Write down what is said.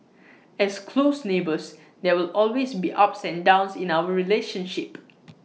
as close neighbours there will always be ups and downs in our relationship